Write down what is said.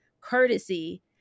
courtesy